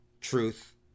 Truth